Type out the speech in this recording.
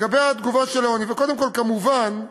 כמובן,